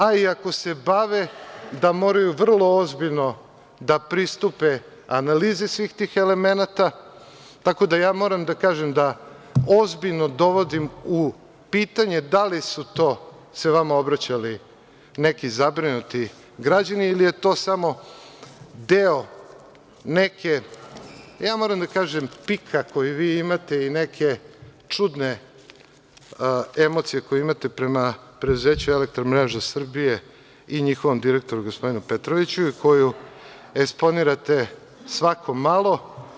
A i ako se bave, da moraju vrlo ozbiljno da pristupe analizi svih tih elemenata, tako da moram da kažem da ozbiljno dovodim u pitanje da li su se to vama obraćali neki zabrinuti građani ili je to samo deo nekog pika, da kažem, koji vi imate ili neke čudne emocije koju imate prema preduzeću EMS i njihovom direktoru, gospodinu Petroviću, koju eksponirate svako malo.